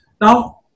Now